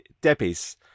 Debbie's